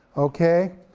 okay,